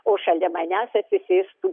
o šalia manęs atsisėstų